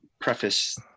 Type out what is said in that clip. preface